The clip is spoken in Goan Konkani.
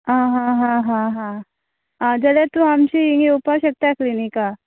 आ हा हा हा हा आ जाल्या तूं आमची हिंग येवपा शकता क्लिनिका